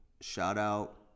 Shout-out